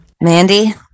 Mandy